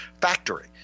factory